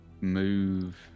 move